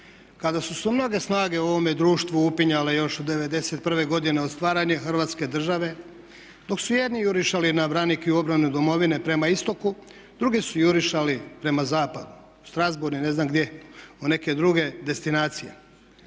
Kada su se u mlade snage u ovome društvu upinjale još '91. godine u stvaranje Hrvatske države, dok su jedni jurišali na branik i u obranu domovine prema istoku, drugi su jurišali prema zapadu, u Strasbourg i ne znam gdje, u neke drug destinacije.